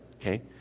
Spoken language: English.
Okay